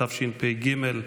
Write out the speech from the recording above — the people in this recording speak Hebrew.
התשפ"ג 2022,